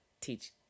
teach